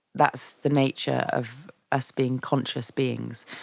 that's the nature of us being conscious beings,